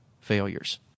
failures